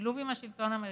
בשילוב עם השלטון המרכזי,